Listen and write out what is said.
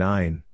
Nine